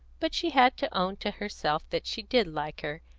but she had to own to herself that she did like her,